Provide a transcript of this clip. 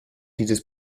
dieses